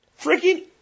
Freaking